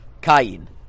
Cain